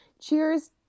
cheers